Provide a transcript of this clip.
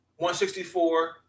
164